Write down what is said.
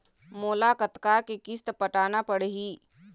मोला कतका के किस्त पटाना पड़ही?